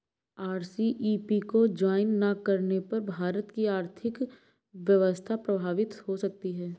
RCEP को join ना करने पर भारत की आर्थिक व्यवस्था प्रभावित हो सकती है